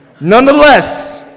Nonetheless